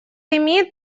имеет